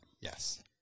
Yes